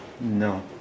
no